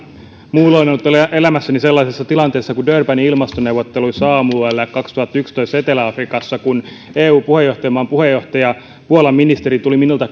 muulloin ollut ollut elämässäni sellaisessa tilanteessa kuin durbanin ilmastoneuvotteluissa aamuyöllä kaksituhattayksitoista etelä afrikassa kun eun puheenjohtajamaan puolan ministeri tuli minulta